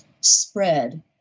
spread